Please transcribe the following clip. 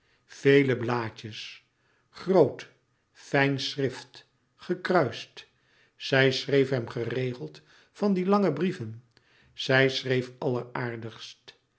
vele blaadjes groot fijn schrift gekruist zij schreef hem geregeld van die lange brieven zij schreef